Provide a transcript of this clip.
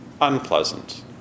unpleasant